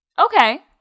Okay